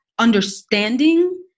understanding